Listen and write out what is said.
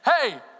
hey